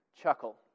chuckle